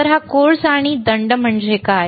तर हा कोर्स आणि दंड म्हणजे काय